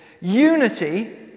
unity